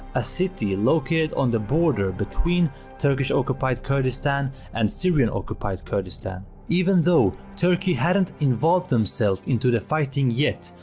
a city located on the border between turkish occupied kurdistan and syrian occupied kurdistan. even though turkey hadn't involved themselves into the fighting yet,